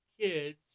kids